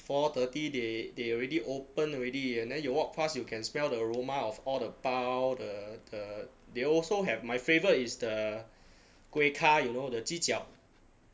four thirty they they already open already and then you walk pass you can smell the aroma of all the pau the the they also have my favourite is the gui ka you know the 鸡脚